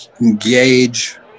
engage